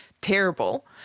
terrible